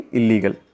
illegal